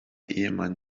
ehemann